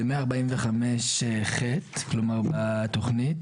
שב-145(ח) כלומר בתוכנית,